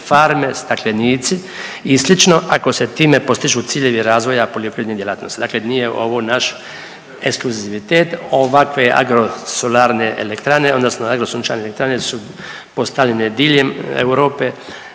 farme, staklenici i slično ako se time postižu ciljevi razvoja poljoprivrednih djelatnosti. Dakle, nije ovo naš ekskluzivitet. Ovakve agrosolarne elektrane odnosno agrosunčane elektrane su postavljene diljem Europe